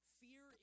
fear